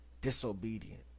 disobedient